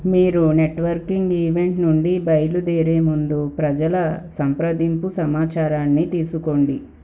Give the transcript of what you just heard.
మీరు networking event నుండి బయలుదేరే ముందు ప్రజల సంప్రదింపు సమాచారాన్ని తీసుకోండి